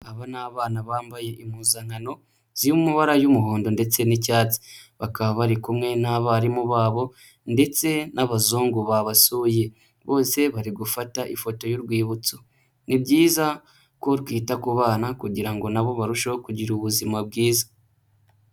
Aba ni abana bambaye impuzankano zirimo amabara y'umuhondo ndetse n'icyatsi, bakaba bari kumwe n'abarimu babo ndetse n'abazungu babasuye. Bose bari gufata ifoto y'urwibutso. Ni byiza ko twita ku bana kugira ngo na bo barusheho kugira ubuzima bwiza.